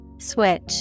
Switch